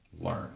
learn